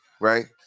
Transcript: right